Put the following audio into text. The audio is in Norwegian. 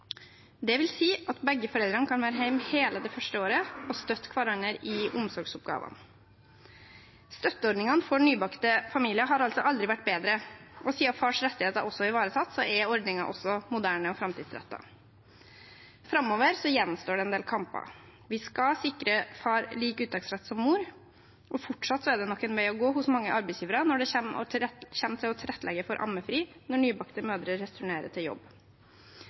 at begge foreldrene kan være hjemme hele det første året og støtte hverandre i omsorgsoppgavene. Støtteordningene for nybakte familier har altså aldri vært bedre, og siden fars rettigheter også er ivaretatt, er ordningen også moderne og framtidsrettet. Framover gjenstår det en del kamper. Vi skal sikre far lik uttaksrett som mor, og fortsatt er det nok en vei å gå hos mange arbeidsgivere når det kommer til å tilrettelegge for ammefri når nybakte mødre returnerer til jobb.